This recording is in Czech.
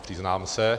Přiznám se.